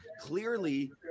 clearly